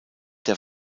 der